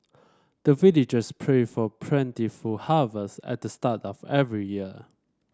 the villagers pray for plentiful harvest at the start of every year